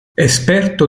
esperto